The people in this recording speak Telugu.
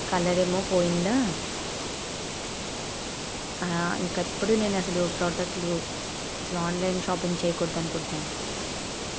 కలర్ ఏమో పోయిందా ఇంకెప్పుడు నేను అసలు ప్రోడక్ట్లు అసలు ఆన్లైన్ షాపింగ్ చేయకూడదు అనుకుంటున్నాను